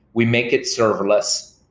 we make it serverless,